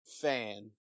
fan